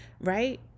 right